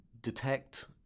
detect